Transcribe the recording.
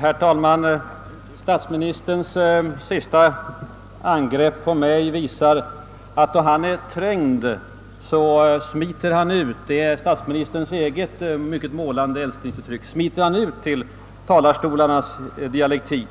Herr talman! Statsministerns senaste angrepp mot mig visar att han, då han är trängd, »smiter ut» — för att använda statsministerns eget mycket målande älsklingsuttryck — till talarstolarnas dialektik,